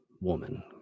woman